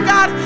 God